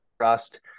trust